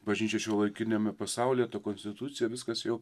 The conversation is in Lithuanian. bažnyčią šiuolaikiniame pasaulyje konstitucija viskas jau